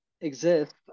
exist